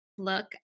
look